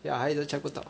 ya 他也是 check 不到